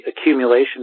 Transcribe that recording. accumulation